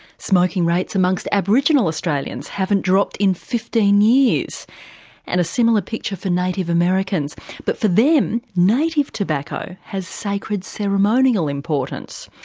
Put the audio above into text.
smoking rates amongst aboriginal australians haven't dropped in fifteen years and a similar picture for native americans but for them, native tobacco has sacred, ceremonial importance.